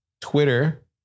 Twitter